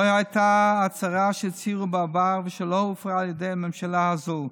לא הייתה הצהרה שהצהירו בעבר ושלא הופרה על ידי הממשלה הזו: